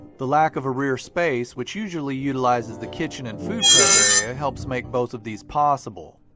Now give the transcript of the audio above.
the lack of a rear space, which usually utilizes the kitchen and food prep area, helps make both of these possible.